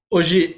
Hoje